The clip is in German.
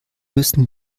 müssen